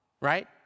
Right